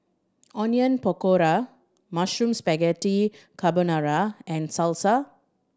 Onion Pakora Mushroom Spaghetti Carbonara and Salsa